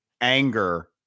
anger